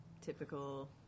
typical